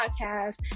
podcast